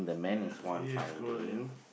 ya yes correct